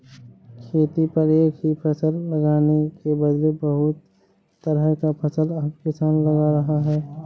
खेती पर एक ही फसल लगाने के बदले बहुत तरह का फसल अब किसान लगा रहे हैं